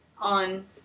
on